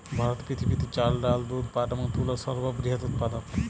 ভারত পৃথিবীতে ডাল, চাল, দুধ, পাট এবং তুলোর সর্ববৃহৎ উৎপাদক